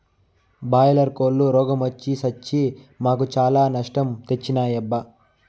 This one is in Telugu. బాయిలర్ కోల్లు రోగ మొచ్చి సచ్చి మాకు చాలా నష్టం తెచ్చినాయబ్బా